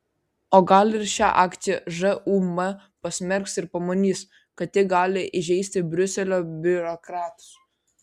o gal ir šią akciją žūm pasmerks ir pamanys kad ji gali įžeisti briuselio biurokratus